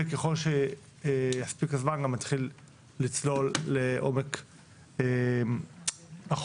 וככל שיספיק הזמן גם נתחיל לצלול לעומק החוק.